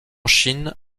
chine